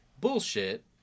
Bullshit